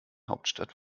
hauptstadt